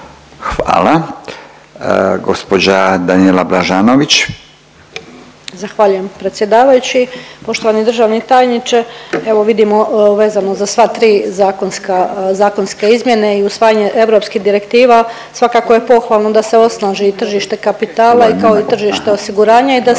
**Blažanović, Danijela (HDZ)** Zahvaljujem predsjedavajući. Poštovani državni tajniče evo vidimo vezano za sva tri zakonska, zakonske izmjene i usvajanje europskih direktiva svakako je pohvalno da se osnaži i tržište kapitala kao i tržište osiguranja i da se